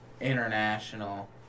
international